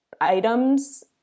items